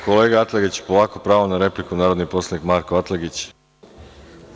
Kolega Atlagiću, polako, pravo na repliku, narodni poslanik Marko Atlagić.